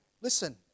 Listen